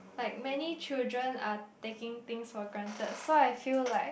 like many children are taking things for granted so I feel like